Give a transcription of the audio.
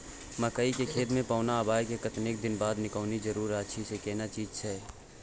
मकई के खेत मे पौना आबय के कतेक दिन बाद निकौनी जरूरी अछि आ केना चीज से?